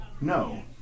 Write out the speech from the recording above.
No